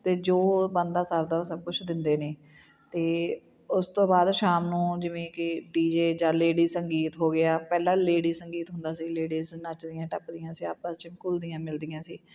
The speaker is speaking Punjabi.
ਅਤੇ ਜੋ ਬਣਦਾ ਸਰਦਾ ਉਹ ਸਭ ਕੁਛ ਦਿੰਦੇ ਨੇ ਅਤੇ ਉਸ ਤੋਂ ਬਾਅਦ ਸ਼ਾਮ ਨੂੰ ਜਿਵੇਂ ਕਿ ਡੀਜੇ ਜਾਂ ਲੇਡੀ ਸੰਗੀਤ ਹੋ ਗਿਆ ਪਹਿਲਾਂ ਲੇਡੀ ਸੰਗੀਤ ਹੁੰਦਾ ਸੀ ਲੇਡੀਜ਼ ਨੱਚਦੀਆਂ ਟੱਪਦੀਆਂ ਸੀ ਆਪਸ 'ਚ ਘੁੱਲਦੀਆਂ ਮਿਲਦੀਆਂ ਸੀ